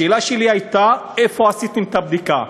השאלה שלי הייתה: איפה עשיתם את הבדיקה,